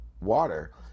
water